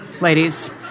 ladies